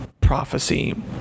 prophecy